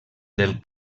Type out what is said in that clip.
del